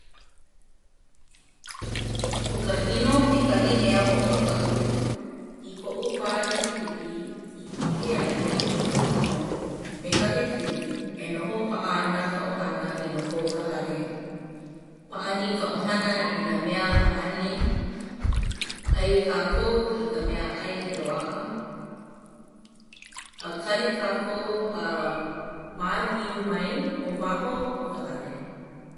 ʻO ka ʻino kekahi mea hoʻomakaʻu. I koʻu wā liʻiliʻi i ʻike ai i ka ʻino me ka hekili e noho paʻa ana ka ʻohana i loko o ka hale. Pāʻani ka ʻohana i nā mea pāʻani. ʻAi kākou i ka meaʻai i loaʻa. A kali kākou a māliu mai ʻo waho o ka hale.